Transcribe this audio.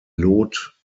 lot